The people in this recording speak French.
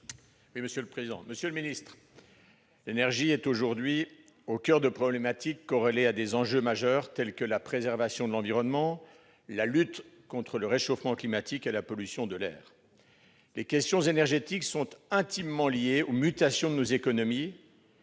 Monsieur le ministre d'État, l'énergie est aujourd'hui au coeur de problématiques corrélées à des enjeux majeurs, tels que la préservation de l'environnement, la lutte contre le réchauffement climatique et la pollution de l'air. Les questions énergétiques sont intimement liées aux mutations de nos économies